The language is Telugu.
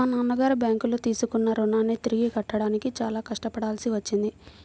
మా నాన్నగారు బ్యేంకులో తీసుకున్న రుణాన్ని తిరిగి కట్టడానికి చాలా కష్టపడాల్సి వచ్చింది